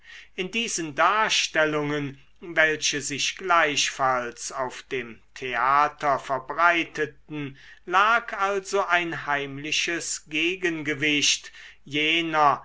in diesen darstellungen welche sich gleichfalls auf dem theater verbreiteten lag also ein heimliches gegengewicht jener